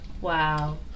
Wow